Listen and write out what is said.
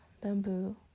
bamboo